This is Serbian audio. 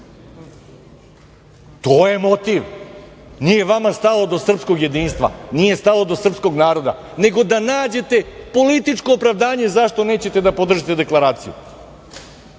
To je motiv. Nije vama stalo do srpskog jedinstva, nije stalo do srpskog naroda, nego da nađete političko opravdanje zašto nećete da podržite deklaraciju. Jedan